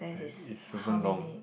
and it's super long